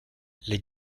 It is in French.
les